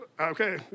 okay